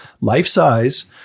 life-size